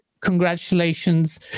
congratulations